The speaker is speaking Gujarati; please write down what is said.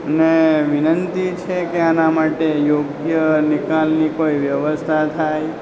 ને વિનંતી છે કે આના માટે યોગ્ય નિકાલની કોઈ વ્યવસ્થા થાય